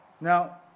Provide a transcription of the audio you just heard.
Now